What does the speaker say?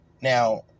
Now